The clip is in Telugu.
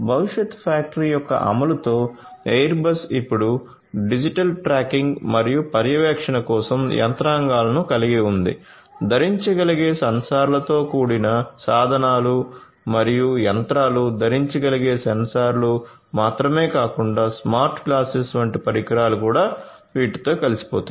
భవిష్యత్ ఫ్యాక్టరీ యొక్క అమలుతో ఎయిర్బస్ ఇప్పుడు డిజిటల్ ట్రాకింగ్ మరియు పర్యవేక్షణ కోసం యంత్రాంగాలను కలిగి ఉంది ధరించగలిగే సెన్సార్లతో కూడిన సాధనాలు మరియు యంత్రాలు ధరించగలిగే సెన్సార్లు మాత్రమే కాకుండా స్మార్ట్ గ్లాసెస్ వంటి పరికరాలు కూడా వీటితో కలిసిపోతాయి